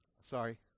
Sorry